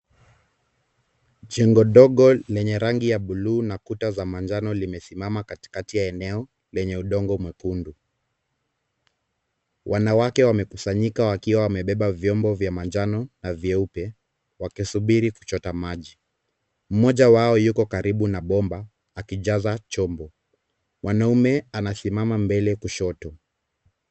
Jengo dogo lenye rangi ya buluu na kuta za manjano limesimama katikati ya eneo lenye udongo mwekundu. Wanawake wamekusanyika wakiwa wamebeba vyombo vya manjano na vyeupe wakisubiri kuchota maji. Mmoja wao yuko karibu na bomba akijaza chombo. Mwanaume anasimama mbele kushoto.